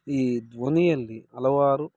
ಈ ಧ್ವನಿಯಲ್ಲಿ ಹಲವಾರು